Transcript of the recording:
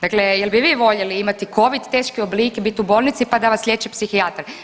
Dakle, jel' bi vi voljeli imati covid, teški oblik, bit u bolnici, pa da vas liječi psihijatar.